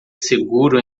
seguro